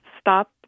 stop